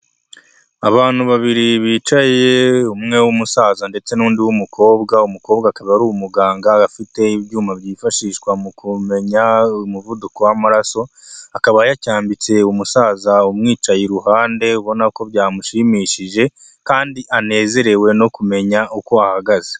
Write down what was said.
Abantu babiri bicaye umwe w'umusaza ndetse n'undi w'umukobwa, umukobwa akaba ari umuganga afite ibyuma byifashishwa mu kumenya umuvuduko w'amaraso, akaba yacyambitse umusaza umwicaye iruhande, ubona ko byamushimishije kandi anezerewe no kumenya uko ahagaze.